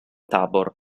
tabor